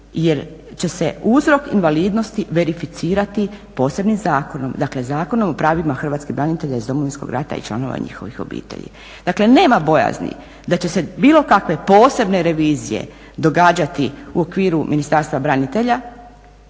jer će se uzrok invalidnosti verificirati posebnim zakonom, dakle Zakonom o pravima hrvatskih branitelja iz Domovinskog rata i članova njihovih obitelji. Dakle, nema bojazni da će se bilo kakve posebne revizije događati u okviru Ministarstva branitelja